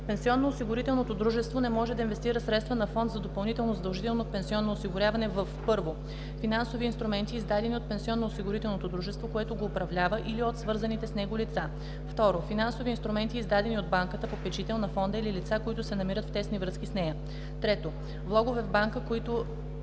Пенсионноосигурителното дружество не може да инвестира средствата на фонд за допълнително задължително пенсионно осигуряване във: 1. финансови инструменти, издадени от пенсионноосигурителното дружество, което го управлява, или от свързаните с него лица; 2. финансови инструменти, издадени от банката попечител на фонда или лица, които се намират в тесни връзки с нея; 3. влогове в банка, която